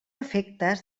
efectes